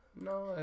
no